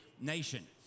nation